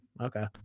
Okay